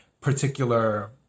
particular